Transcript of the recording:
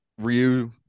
Ryu